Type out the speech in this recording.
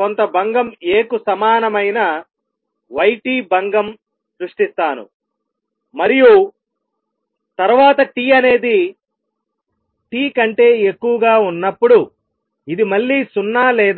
కొంత భంగం A కు సమానమైన y t భంగం సృష్టిస్తాను మరియు తర్వాత t అనేది T కంటే ఎక్కువగా ఉన్నప్పుడుఇది మళ్లీ 0 లేదా